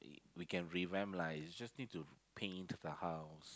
we can revamp like just need to paint to the house